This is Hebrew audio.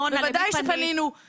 בוודאי שפנינו.